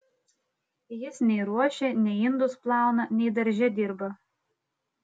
jis nei ruošia nei indus plauna nei darže dirba